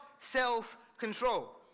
self-control